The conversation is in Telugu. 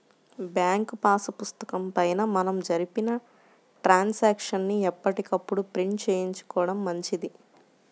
బ్యాంకు పాసు పుస్తకం పైన మనం జరిపిన ట్రాన్సాక్షన్స్ ని ఎప్పటికప్పుడు ప్రింట్ చేయించుకోడం మంచిది